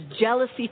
jealousy